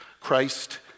Christ